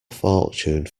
fortune